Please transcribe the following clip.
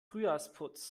frühjahrsputz